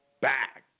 back